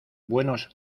buenos